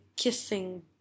kissing